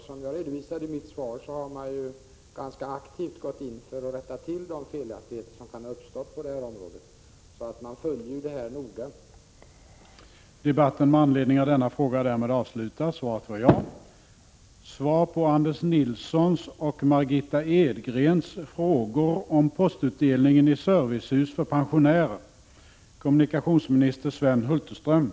Som jag redovisade i mitt svar har myndigheterna ganska aktivt gått in för att rätta till de felaktigheter som kan ha uppstått på detta område, och myndigheterna följer detta noga.